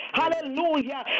hallelujah